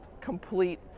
complete